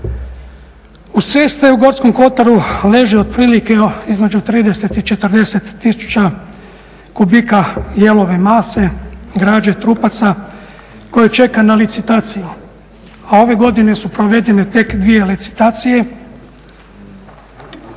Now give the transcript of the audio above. Uz ceste u Gorskom kotaru leže otprilike između 30 i 40 tisuća kubika jelove mase, građe, trupaca koje čeka na licitaciju, a ove godine su provedene tek dvije licitacije.